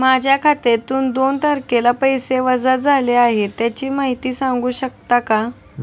माझ्या खात्यातून दोन तारखेला पैसे वजा झाले आहेत त्याची माहिती सांगू शकता का?